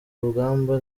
rugamba